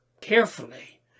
carefully